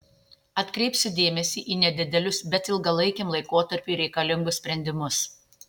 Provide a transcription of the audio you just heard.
atkreipsiu dėmesį į nedidelius bet ilgalaikiam laikotarpiui reikalingus sprendimus